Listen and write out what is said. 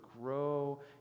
grow